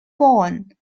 bowen